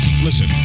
Listen